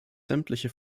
sämtliche